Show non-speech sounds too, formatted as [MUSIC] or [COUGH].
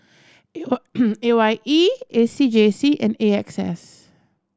A Y [NOISE] A Y E A C J C and A X S